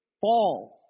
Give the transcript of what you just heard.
fall